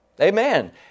Amen